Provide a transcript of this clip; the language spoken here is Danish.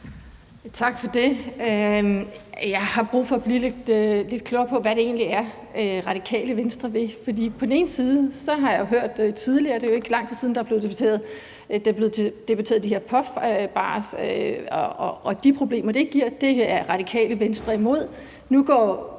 Tak for det. Jeg har brug for at blive lidt klogere på, hvad det egentlig er, Radikale Venstre vil. For på den ene side har jeg hørt tidligere – det er jo ikke lang tid siden, at det blev debatteret – i forbindelse med de her puffbars og de problemer, som de giver, at det er Radikale Venstre imod. På